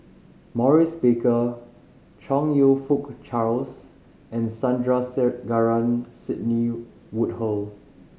Maurice Baker Chong You Fook Charles and Sandrasegaran Sidney Woodhull